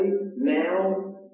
now